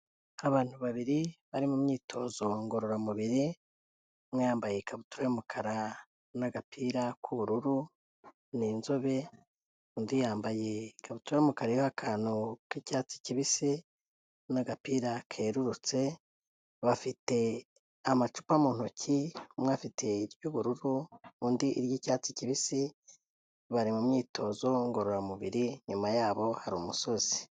Abantu babiri bari mu myitozo ngororamubiri, umwe yambaye ikabutura y'umukara n'agapira k'ubururu, ni inzobe, undi yambaye ikabutura y'umukara iriho akantu k'icyatsi kibisi n'agapira kerurutse, bafite amacupa mu ntoki, umwe afite iry'ubururu, undi iry'icyatsi kibisi, bari mu myitozo ngororamubiri, inyuma yabo hari umusozi.